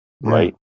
right